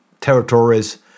territories